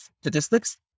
statistics